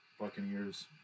Buccaneers